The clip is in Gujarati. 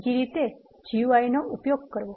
બીજી રીતે GUI નો ઉપયોગ કરવો